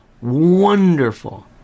wonderful